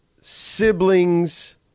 siblings